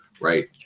right